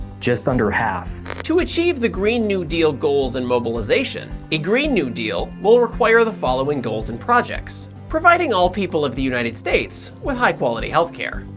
just under half. to achieve the green new deal goals and mobilization, a green new deal will require the following goals and projects, providing all people of the united states with high-quality healthcare.